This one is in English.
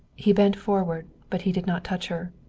he bent forward, but he did not touch her.